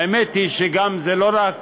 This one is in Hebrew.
האמת היא שגם זה לא רק,